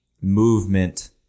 movement